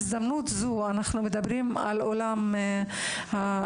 אם אנחנו מדברים על עולם הרפואה,